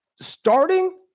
starting